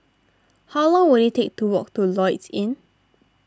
how long will it take to walk to Lloyds Inn